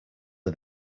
are